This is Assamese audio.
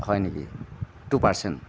হয় নেকি টু পাৰ্চেন